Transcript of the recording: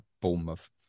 Bournemouth